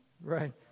Right